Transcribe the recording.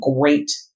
great